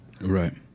Right